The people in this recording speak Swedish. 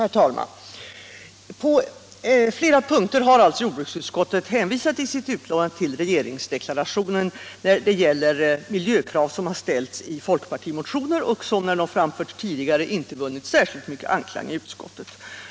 Herr talman! På flera punkter har jordbruksutskottet i sitt betänkande hänvisat till regeringsdeklarationen då det gäller miljökrav som har ställts i folkpartimotioner och som, när de framförts tidigare, inte vunnit särskilt mycket anklang i utskottet.